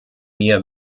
mir